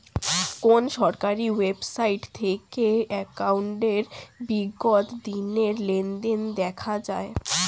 কোন সরকারি ওয়েবসাইট থেকে একাউন্টের বিগত দিনের লেনদেন দেখা যায়?